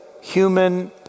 human